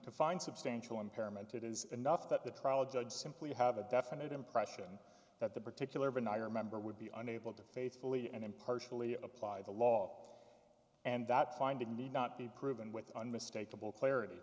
to find substantial impairment it is enough that the trial judge simply have a definite impression that the particular when i remember would be unable to faithfully and impartially apply the law and that finding need not be proven with unmistakable clarit